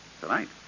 Tonight